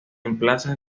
emplaza